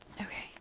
Okay